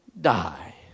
die